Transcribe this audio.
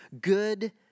good